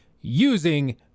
using